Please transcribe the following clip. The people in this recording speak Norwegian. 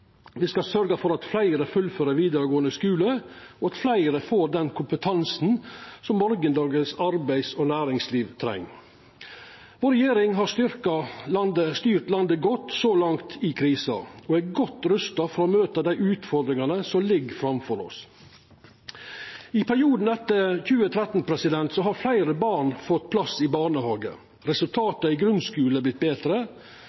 skal sørgja for at fleire fullfører vidaregåande skule, og at fleire får den kompetansen som morgondagens arbeids- og næringsliv treng. Vår regjering har styrt landet godt så langt i krisa og er godt rusta for å møta dei utfordringane som ligg framføre oss. I perioden etter 2013 har fleire barn fått plass i barnehage. Resultata i grunnskulen har vorte betre.